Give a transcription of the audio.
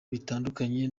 bitandukanye